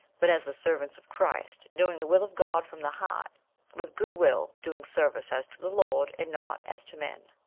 but as the servants of christ, doing the will of god from the heart with good-will doing service as to the lord, and not as to men.